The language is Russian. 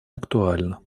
актуальна